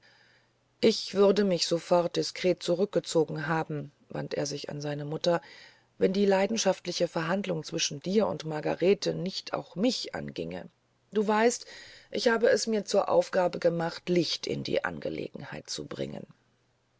ich würde mich sofort diskret zurückgezogen haben wandte er sich an seine mutter wenn die leidenschaftliche verhandlung zwischen dir und margarete nicht auch mich anginge du weißt ich habe es mir zur aufgabe gemacht licht in die angelegenheit zu bringen